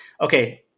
okay